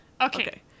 Okay